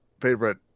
favorite